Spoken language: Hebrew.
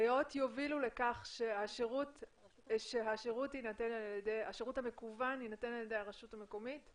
ההנחיות יובילו לכך שהשירות המקוון יינתן על ידי הרשות המקומית?